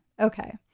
Okay